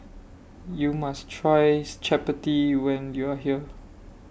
YOU must Try Chappati when YOU Are here